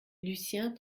lucien